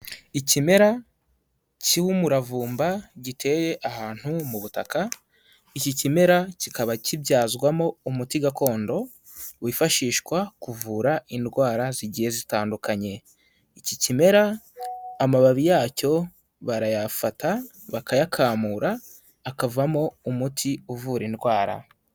Ikimera cy'umuravumba giteye ahantu mu butaka, iki kimera kikaba kibyazwamo umuti gakondo wifashishwa kuvura indwara zigiye zitandukanye, iki kimera amababi yacyo barayafata bakayakamura akavamo umuti uvura indwara.